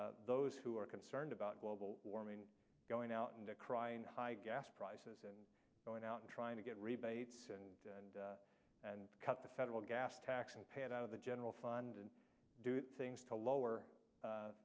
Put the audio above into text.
those who are concerned about global warming going out and decrying high gas prices and going out and trying to get rebates and and cut the federal gas tax and pay it out of the general fund and do things to lower